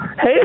Hey